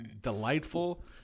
delightful